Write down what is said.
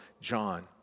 John